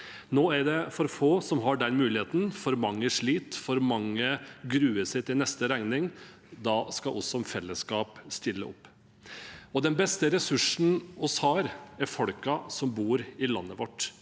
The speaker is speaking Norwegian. Nå er det for få som har den muligheten. For mange sliter, for mange gruer seg til neste regning. Da skal vi som fellesskap stille opp. Den beste ressursen vi har, er folkene som bor i landet vårt.